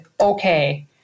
okay